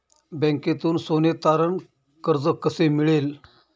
बँकेतून सोने तारण कर्ज कसे मिळेल?